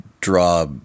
draw